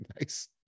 nice